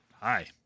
hi